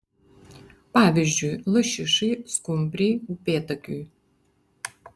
pavyzdžiui lašišai skumbrei upėtakiui